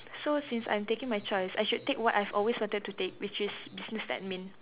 so since I'm taking my choice I should take what I've always wanted to take which is business admin